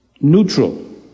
neutral